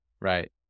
Right